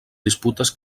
disputes